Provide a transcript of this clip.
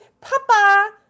papa